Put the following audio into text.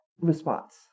response